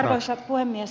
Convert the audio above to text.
arvoisa puhemies